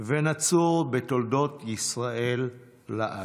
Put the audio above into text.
ונצור בתולדות ישראל לעד.